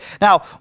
now